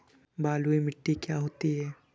बलुइ मिट्टी क्या होती हैं?